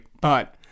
But-